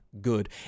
good